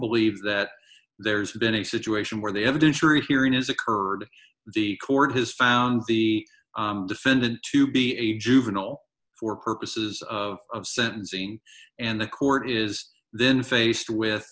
believe that there's been a situation where the evidence rehearing is occurred the court has found the defendant to be a juvenile for purposes of sentencing and the court is then faced with